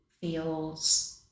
Feels